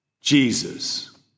Jesus